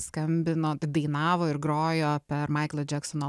skambino dainavo ir grojo per maiklo džeksono